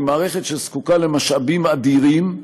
היא מערכת שזקוקה למשאבים אדירים,